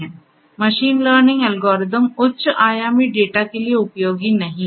machine learning algorithm उच्च आयामी data के लिए उपयोगी नहीं हैं